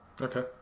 Okay